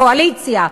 הקואליציה,